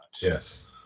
Yes